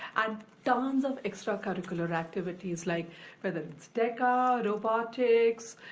and tons of extracurricular activities, like whether it's deca, robotics,